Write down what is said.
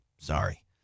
Sorry